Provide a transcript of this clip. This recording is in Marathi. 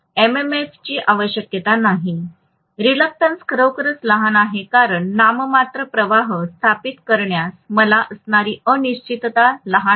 अनिच्छा खरोखरच लहान आहे कारण नाममात्र प्रवाह स्थापित करण्यास मला असणारी अनिश्चितता लहान आहे